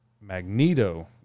Magneto